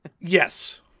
Yes